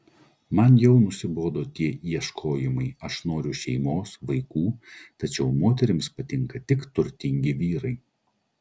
man jau nusibodo tie ieškojimai aš noriu šeimos vaikų tačiau moterims patinka tik turtingi vyrai